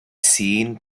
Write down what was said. seen